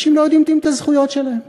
אנשים לא יודעים את הזכויות שלהם.